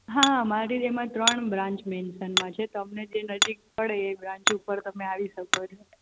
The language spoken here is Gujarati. હા મારી એમાં ત્રણ બ્રાન્ચ મેન્સનમાં છે તમને જે નજીક પડે એ બ્રાન્ચ ઉપર આવી શકો છો